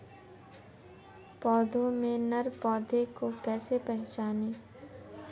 पौधों में नर पौधे को कैसे पहचानें?